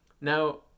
now